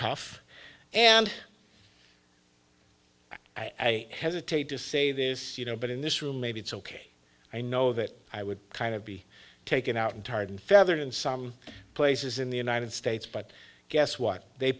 tough and i hesitate to say this you know but in this room maybe it's ok i know that i would kind of be taken out and tarred and feathered in some places in the united states but guess what they